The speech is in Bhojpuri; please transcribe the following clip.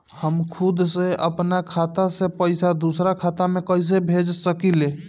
हम खुद से अपना खाता से पइसा दूसरा खाता में कइसे भेज सकी ले?